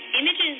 Images